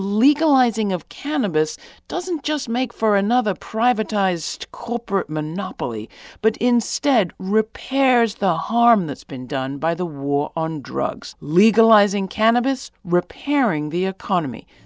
legalizing of cannabis doesn't just make for another privatized corporate monopoly but instead repairs the harm that's been done by the war on drugs legalizing cannabis repairing the economy